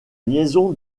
liaison